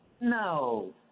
no